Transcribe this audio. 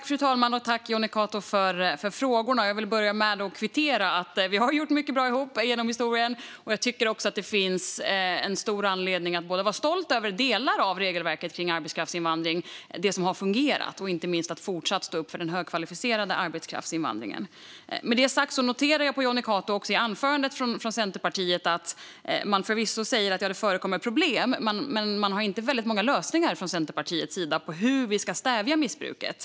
Fru talman! Tack, Jonny Cato, för frågorna! Jag vill börja med att kvittera att vi har gjort mycket bra ihop genom historien. Jag tycker också att det finns en stor anledning att vara stolt över delar av regelverket kring arbetskraftsinvandring, det som har fungerat, och inte minst att fortsatt stå upp för invandringen av den högkvalificerade arbetskraften. Med det sagt noterar jag att Jonny Cato i sitt anförande förvisso säger att det finns problem, men man har inte väldigt många lösningar från Centerpartiets sida på hur vi ska stävja missbruket.